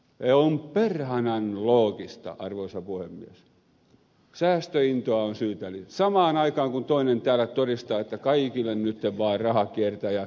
on perhanan loogista arvoisa puhemies sanoa että säästöintoa on syytä lisätä samaan aikaan kun toinen täällä todistaa että kaikille nyt vaan raha kiertämään ja ed